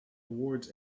awards